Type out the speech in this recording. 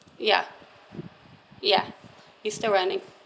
ya ya it's still running